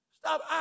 Stop